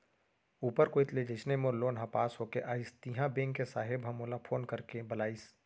ऊपर कोइत ले जइसने मोर लोन ह पास होके आइस तिहॉं बेंक के साहेब ह मोला फोन करके बलाइस